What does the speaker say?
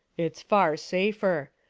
it's far safer.